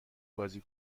بازی